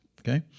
okay